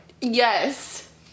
Yes